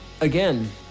again